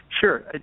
Sure